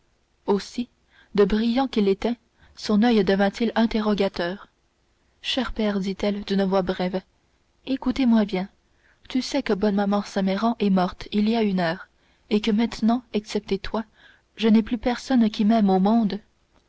aussi de brillant qu'il était son oeil devint-il interrogateur cher père dit-elle d'une voix brève écoute-moi bien tu sais que bonne maman saint méran est morte il y a une heure et que maintenant excepté toi je n'ai plus personne qui m'aime au monde